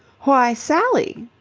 why, sally?